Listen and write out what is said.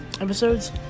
episodes